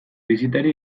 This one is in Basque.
bisitari